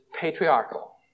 patriarchal